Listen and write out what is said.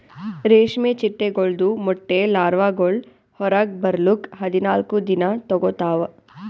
ರೇಷ್ಮೆ ಚಿಟ್ಟೆಗೊಳ್ದು ಮೊಟ್ಟೆ ಲಾರ್ವಾಗೊಳ್ ಹೊರಗ್ ಬರ್ಲುಕ್ ಹದಿನಾಲ್ಕು ದಿನ ತೋಗೋತಾವ್